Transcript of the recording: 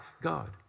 God